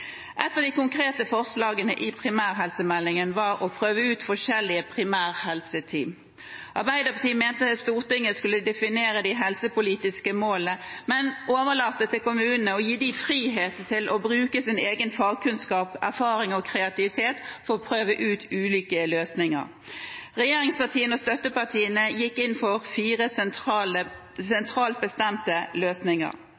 Et av de konkrete forslagene i primærhelsemeldingen var å prøve ut forskjellige primærhelseteam. Arbeiderpartiet mente Stortinget skulle definere de helsepolitiske målene, men gi kommunene frihet til å bruke sin egen fagkunnskap, erfaring og kreativitet for å prøve ut ulike løsninger. Regjeringspartiene og støttepartiene gikk inn for fire